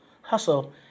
hustle